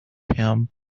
him